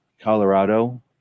colorado